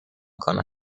کند